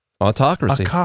Autocracy